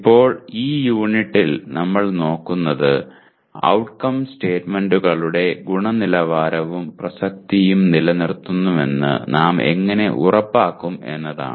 ഇപ്പോൾ ഈ യൂണിറ്റിൽ നമ്മൾ നോക്കുന്നത് ഔട്ട്കം സ്റ്റേറ്റ്മെന്റുകളുടെ ഗുണനിലവാരവും പ്രസക്തിയും നിലനിർത്തുന്നുവെന്ന് നാം എങ്ങനെ ഉറപ്പാക്കും എന്നതാണ്